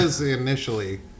initially